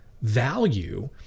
value